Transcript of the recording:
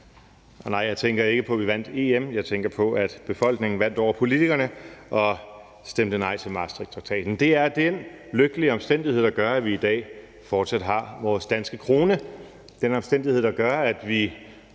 og nej, jeg tænker ikke på, at vi vandt EM. Jeg tænker på, at befolkningen vandt over politikerne og stemte nej til Maastrichttraktaten. Det er den lykkelige omstændighed, der gør, at vi i dag fortsat har vores danske krone. Det er den omstændighed, der gør, at vi